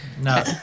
No